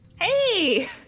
Hey